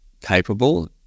capable